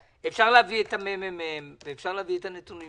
אפשר להביא את אנשי מרכז המחקר והמידע של הכנסת ואפשר להביא את הנתונים.